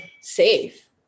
safe